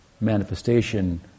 manifestation